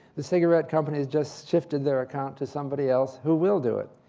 the cigarette companies just shifted their account to somebody else who will do it.